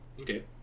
Okay